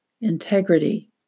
integrity